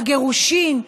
הגירושים,